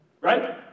Right